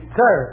sir